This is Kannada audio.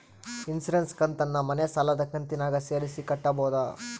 ಇನ್ಸುರೆನ್ಸ್ ಕಂತನ್ನ ಮನೆ ಸಾಲದ ಕಂತಿನಾಗ ಸೇರಿಸಿ ಕಟ್ಟಬೋದ?